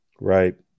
Right